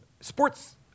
sports